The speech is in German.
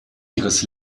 ihres